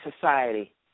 society